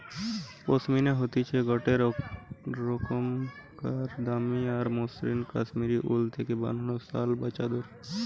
পশমিনা হতিছে গটে রোকমকার দামি আর মসৃন কাশ্মীরি উল থেকে বানানো শাল বা চাদর